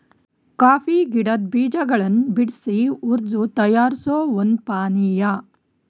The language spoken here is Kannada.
ಕಾಫಿ ಗಿಡದ್ ಬೀಜಗಳನ್ ಬಿಡ್ಸಿ ಹುರ್ದು ತಯಾರಿಸೋ ಒಂದ್ ಪಾನಿಯಾ